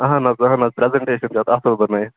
اَہَن حظ اَہَن حظ پرٛٮ۪زنٹٮیشن چھِ اَتھ اَصٕل بَنٲوِتھ